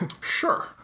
Sure